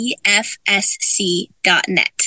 EFSC.net